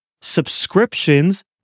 subscriptions